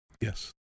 Yes